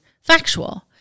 factual